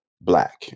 black